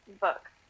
book